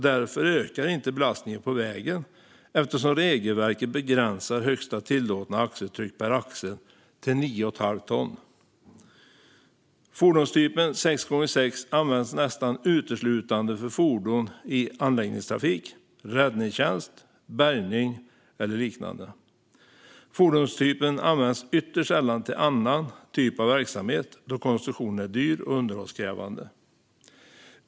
Därför ökar inte belastningen på vägen, eftersom regelverket begränsar högsta tillåtna axeltryck per axel till 9,5 ton. Fordonstypen 6 × 6 används nästan uteslutande för fordon i anläggningstrafik, räddningstjänst, bärgning eller liknande. Fordonstypen används ytterst sällan till annan typ av verksamhet, eftersom konstruktionen är dyr och underhållskrävande.